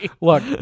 Look